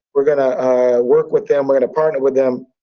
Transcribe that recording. we're gonna work with them. we're gonna partner with them.